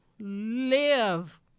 live